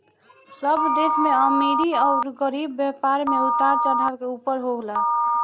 सब देश में अमीरी अउर गरीबी, व्यापार मे उतार चढ़ाव के ऊपर होला